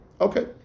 Okay